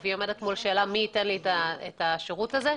והיא עומדת מול השאלה מי ייתן לה את השירות הזה,